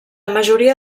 majoria